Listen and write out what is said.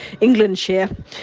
englandshire